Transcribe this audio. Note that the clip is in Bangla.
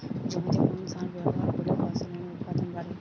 জমিতে কোন সার ব্যবহার করলে ফসলের উৎপাদন বাড়ে?